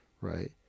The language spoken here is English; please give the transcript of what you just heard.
right